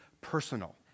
personal